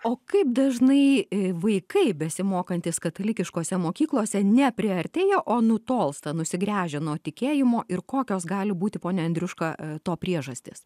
o kaip dažnai vaikai besimokantys katalikiškose mokyklose nepriartėja o nutolsta nusigręžia nuo tikėjimo ir kokios gali būti pone andriuška to priežastys